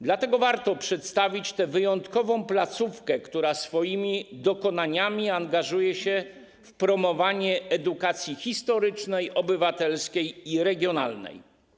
Dlatego warto przedstawić tę wyjątkową placówkę, która swoimi dokonaniami angażuje się w promowanie edukacji historycznej, obywatelskiej i regionalnej.